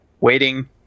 waiting